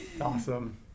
Awesome